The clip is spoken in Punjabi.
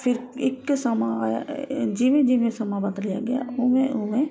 ਫਿਰ ਇੱਕ ਸਮਾਂ ਆਇਆ ਏ ਜਿਵੇਂ ਜਿਵੇਂ ਸਮਾਂ ਬਦਲਦਾ ਗਿਆ ਉਵੇਂ ਉਵੇਂ